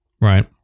Right